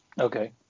Okay